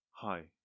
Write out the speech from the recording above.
Hi